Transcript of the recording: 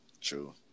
True